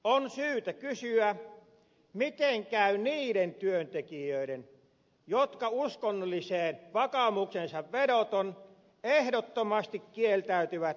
on syytä kysyä miten käy niiden työntekijöiden jotka uskonnolliseen vakaumukseensa vedoten ehdottomasti kieltäytyvät sunnuntaityöstä